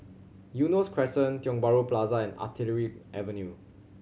Eunos Crescent Tiong Bahru Plaza and Artillery Avenue